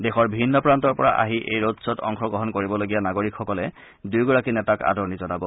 দেশৰ ভিন্ন প্ৰান্তৰ পৰা আহি এই ৰড শ্বোত অংশগ্ৰহণ কৰিবলগীয়া নাগৰিকসকলে দুয়োগৰাকী নেতাক আদৰণি জনাব